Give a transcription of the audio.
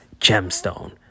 gemstone